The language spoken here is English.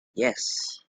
yes